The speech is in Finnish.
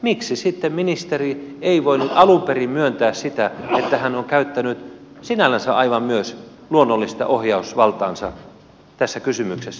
miksi sitten ministeri ei voinut alun perin myöntää sitä että hän on käyttänyt sinällänsä aivan myös luonnollista ohjausvaltaansa tässä kysymyksessä